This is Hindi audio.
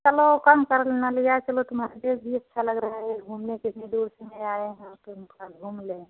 चलो कम कर ना लिया है चलो तुम्हारे लिए भी अच्छा लग रहा घूमने के लिए इतनी दूर से आएँ है तो इनके साथ घूम लें